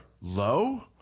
low